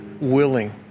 willing